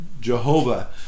Jehovah